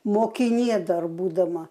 mokinė dar būdama